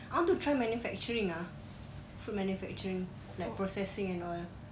I want to try manufacturing ah food manufacturing like processing and all